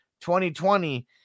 2020